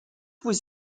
was